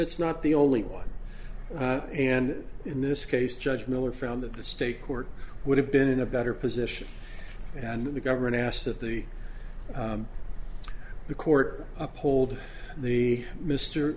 it's not the only one and in this case judge miller found that the state court would have been in a better position and that the government asked that the the court uphold the m